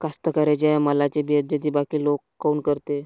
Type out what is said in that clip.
कास्तकाराइच्या मालाची बेइज्जती बाकी लोक काऊन करते?